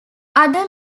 other